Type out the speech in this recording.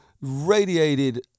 radiated